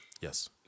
Yes